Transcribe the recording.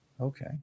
Okay